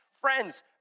Friends